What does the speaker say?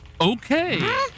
Okay